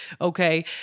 Okay